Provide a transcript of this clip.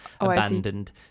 abandoned